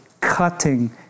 cutting